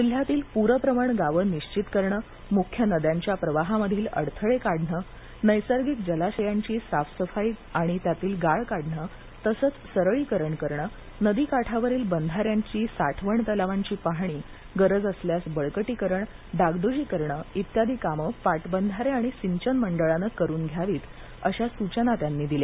जिल्ह्यातील प्रप्रवण गावं निश्वित करणे मुख्य नद्यांच्या प्रवाहामधील अडथळे काढणे नैसर्गिक जलाशयांची साफसफाई आणि त्यातील गाळ काढणे तसंच सरळीकरण करणं नदीकाठावरील बंधाऱ्यांची साठवण तलावाची पाहणी गरज असल्यास बळकटीकरण डागडूजी करणे इत्यादी कामे पाटबंधारे आणि सिंचन मंडळाने करून घ्यावी अशा सूचना त्यांनी दिल्या